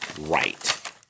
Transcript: right